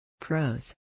Pros